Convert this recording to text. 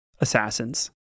assassins